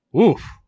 oof